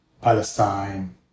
Palestine